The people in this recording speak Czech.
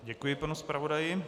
Děkuji panu zpravodaji.